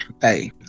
hey